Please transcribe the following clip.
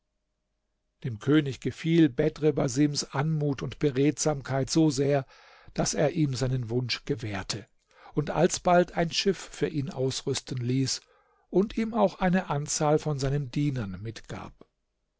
dem könig gefiel bedr basims anmut und beredsamkeit so sehr daß er ihm seinen wunsch gewährte und alsbald ein schiff für ihn ausrüsten ließ und ihm auch eine anzahl von seinen dienern mitgab